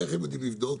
איך הם יודעים לבדוק?